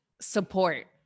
support